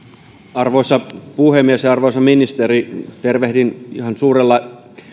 arvoisa puhemies arvoisa ministeri tervehdin ihan suurella